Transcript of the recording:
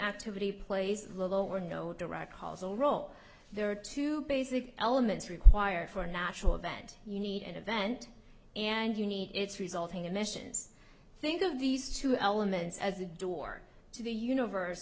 activity plays little or no direct causal role there are two basic elements required for a natural event you need an event and you need its resulting emissions think of these two elements as a door to the universe